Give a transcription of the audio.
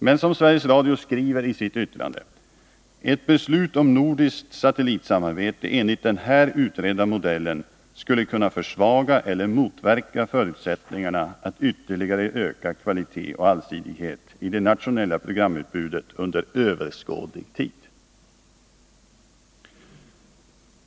Men, som Sveriges Radio skriver i sitt yttrande, ”ett beslut om nordiskt satellitsamarbete enligt den här utredda modellen skulle kunna försvaga eller motverka förutsättningarna att ytterligare öka kvalitet och allsidighet i det nationella programutbudet under överskådlig tid”.